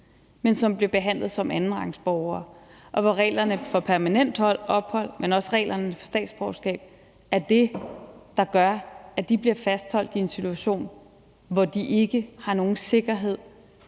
men bliver behandlet som andenrangsborgere, og hvor reglerne for permanent ophold, men også reglerne for statsborgerskab er det, der gør, at de bliver fastholdt i en situation, hvor de ikke har nogen sikkerhed